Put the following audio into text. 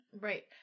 Right